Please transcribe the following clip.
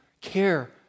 care